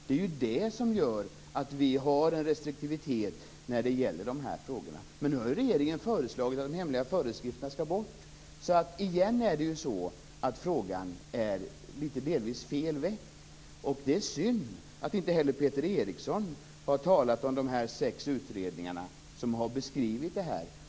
Det är det som gör att vi har en restriktivitet när det gäller de här frågorna. Men nu har regeringen föreslagit att de hemliga föreskrifterna skall tas bort, så det är återigen så att frågan är delvis fel väckt. Det är synd att inte heller Peter Eriksson har talat om de sex utredningar som har beskrivit detta.